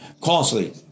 costly